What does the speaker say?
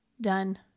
done